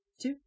two